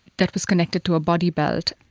that was connected to a body belt,